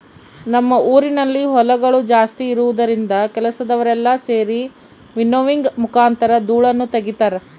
ನಮ್ಮ ಊರಿನಲ್ಲಿ ಹೊಲಗಳು ಜಾಸ್ತಿ ಇರುವುದರಿಂದ ಕೆಲಸದವರೆಲ್ಲ ಸೆರಿ ವಿನ್ನೋವಿಂಗ್ ಮುಖಾಂತರ ಧೂಳನ್ನು ತಗಿತಾರ